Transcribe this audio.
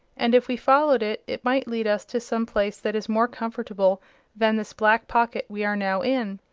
and if we followed it it might lead us to some place that is more comfortable than this black pocket we are now in.